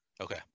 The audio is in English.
okay